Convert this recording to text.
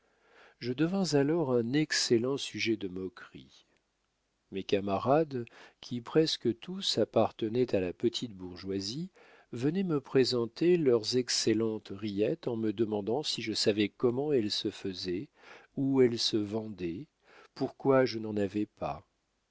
je devins alors un excellent sujet de moquerie mes camarades qui presque tous appartenaient à la petite bourgeoisie venaient me présenter leurs excellentes rillettes en me demandant si je savais comment elles se faisaient où elles se vendaient pourquoi je n'en avais pas